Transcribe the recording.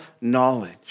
knowledge